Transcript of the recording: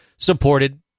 Supported